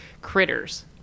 critters